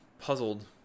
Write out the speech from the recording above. puzzled